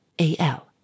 A.L